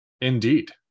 indeed